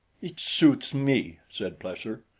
it suits me, said plesser.